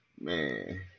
Man